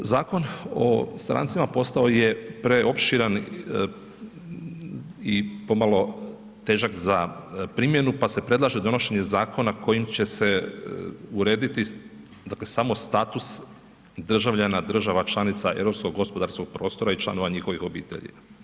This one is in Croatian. Zakon o strancima postao je preopširan i pomalo težak za primjenu pa se predlaže donošenje zakona kojim će urediti samo status državljana država članica europskog gospodarskog prostora i članova njihovih obitelji.